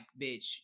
bitch